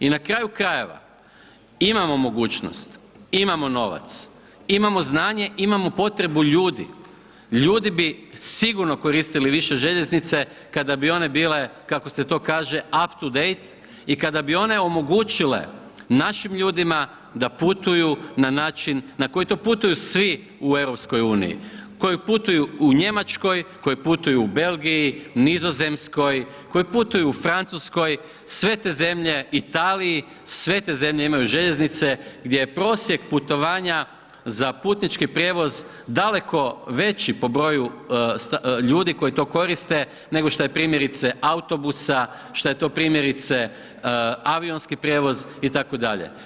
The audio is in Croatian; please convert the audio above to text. I na kraju krajeva, imamo mogućnost, imamo novac, imamo znanje, imamo potrebu ljudi, ljudi bi sigurno koristili više željeznice, kada bi one bile kako se to kaže, up to date i kada bi one omogućile našim ljudima, da putuju na način, na koji to putuju svi u EU, koji putuju u Njemačkoj, koji putuju u Belgiji, Nizozemskoj, koji putuju u Francuskoj, sve te zemlje, Italiji, sve te zemlje imaju željeznice, gdje je prosjek putovanja za putnički prijevoz, daleko veći po broju ljudi koji to koriste, nego što je primjerice autobusa, šta je to primjerice avionski prijevoz itd.